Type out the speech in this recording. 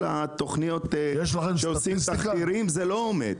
התכניות כשעושים תחקירים זה לא עומד.